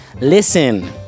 listen